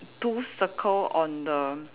two circle on the